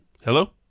Hello